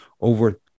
Over